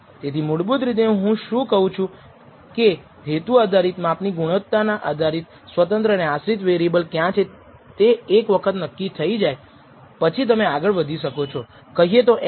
તેથી મૂળભૂત રીતે હું શું કહું છું કે હેતુ આધારિત માપની ગુણવત્તાના આધારિત સ્વતંત્ર અને આશ્રિત વેરિએબલ ક્યાં છે તે એક વખત નક્કી થઈ જાય પછી તમે આગળ વધી શકો છો કહીએ તો n અવલોકનો આપેલા છે